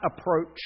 approach